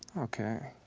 okay,